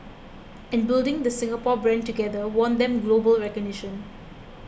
and building the Singapore brand together won them global recognition